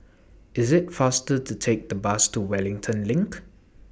IS IT faster to Take The Bus to Wellington LINK